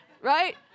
right